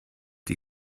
die